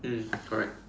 mm correct